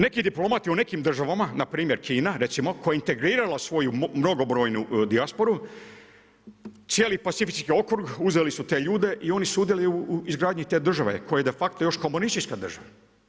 Neki diplomati u nekim državama na primjer Kina recimo koja je integrirala svoju mnogobrojnu dijasporu cijeli pacifički okrug, uzeli su te ljude i oni sudjeluju u izgradnji te države koja je de facto još komunistička država.